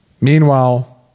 Meanwhile